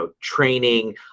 training